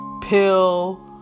Pill